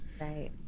Right